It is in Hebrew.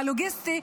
הלוגיסטי,